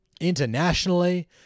internationally